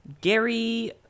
Gary